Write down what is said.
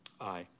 Aye